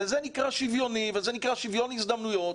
וזה נקרא שוויוני וזה נקרא שוויון הזדמנויות,